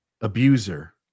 abuser